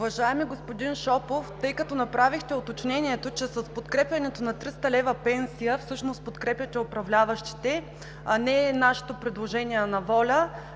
Уважаеми господин Шопов, тъй като направихте уточнението, че с подкрепянето на 300 лв. пенсия всъщност подкрепяте управляващите, а не нашето предложение – на ВОЛЯ,